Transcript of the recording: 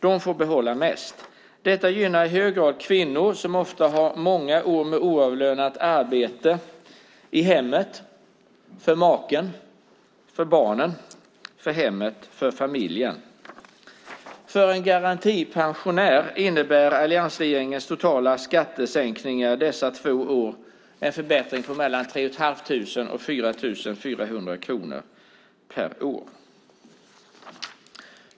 De får behålla mest. Det gynnar i hög grad kvinnor som ofta har många år med oavlönat arbete i hemmet bakom sig - för maken, barnen, hemmet och familjen. För en garantipensionär innebär alliansregeringens totala skattesänkningar under dessa två år en förbättring på mellan 3 500 och 4 400 kronor per år.